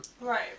Right